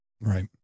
Right